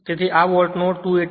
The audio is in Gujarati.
તેથી આ વોલ્ટનો 288